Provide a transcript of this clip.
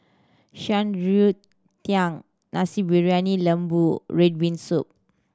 Shan Rui Tang Nasi Briyani Lembu red bean soup